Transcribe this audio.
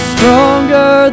Stronger